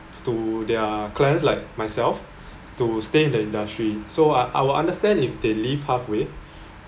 to their clients like myself to stay in the industry so I I willl understand if they leave halfway